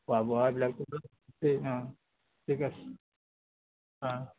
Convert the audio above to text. খোৱা বোৱা বিলাকটোতো আছেই অঁ ঠিক আছে অঁ